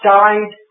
died